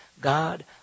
God